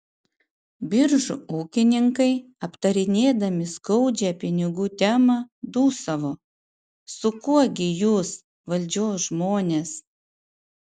biržų ūkininkai aptarinėdami skaudžią pinigų temą dūsavo su kuo gi jūs valdžios žmonės